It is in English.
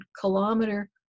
kilometer